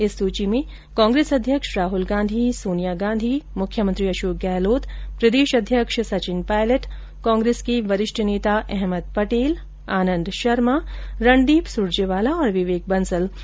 इस सूची में कांग्रेस अध्यक्ष राहल गांधी सोनिया गांधी मुख्यमंत्री अशोक गहलोत प्रदेश अध्यक्ष सचिन पायलट कांग्रेस के वरिष्ठ नेता अहमद पटेल आनंद शर्मो रणदीप सुरजेवाला और विवेक बंसल शामिल हैं